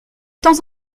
temps